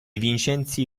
vincenzi